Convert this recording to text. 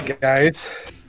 guys